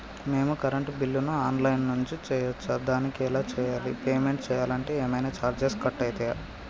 మేము కరెంటు బిల్లును online నుంచి చేయచ్చా? దానికి ఎలా చేయాలి? పేమెంట్ చేయాలంటే ఏమైనా చార్జెస్ కట్ అయితయా?